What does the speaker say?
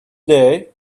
day